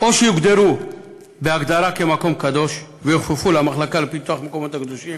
או שיוגדרו כמקום קדוש ויוכפפו למחלקה לפיתוח המקומות הקדושים,